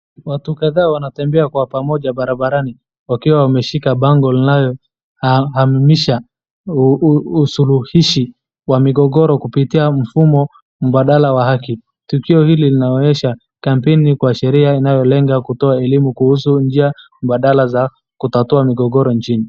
Watu kadhaa wanatembea kwa pamoja barabarani wakiwa wameshika bango linaloamisisha usuluhishi wa migogoro kupitia mfumo mbadala wa haki. Tukio hili linaonyesha kampeni kwa sheria unaolenga kutoa elimu kuhusu njia mbadala za kutatua mgogoro nchini.